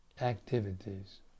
activities